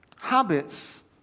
Habits